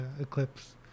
Eclipse